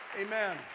Amen